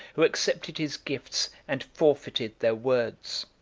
who accepted his gifts and forfeited their words.